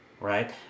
right